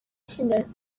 children